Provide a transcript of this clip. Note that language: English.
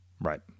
Right